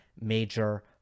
major